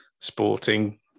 sporting